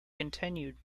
continued